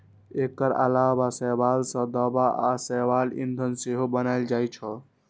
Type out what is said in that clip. एकर अलावा शैवाल सं दवा आ शैवाल ईंधन सेहो बनाएल जाइ छै